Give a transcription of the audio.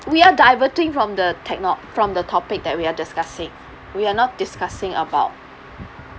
we are diverting from the techno~ from the topic that we are discussing we're not discussing about